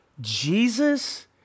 Jesus